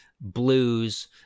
blues